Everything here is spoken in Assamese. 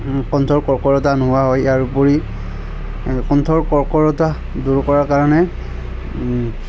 কণ্ঠৰ কৰ্কৰতা নোহোৱা হয় ইয়াৰ উপৰি কণ্ঠৰ কৰ্কৰতা দূৰ কৰাৰ কাৰণে